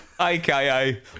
aka